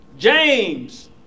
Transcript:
James